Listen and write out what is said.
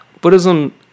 Buddhism